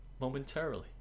momentarily